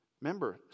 remember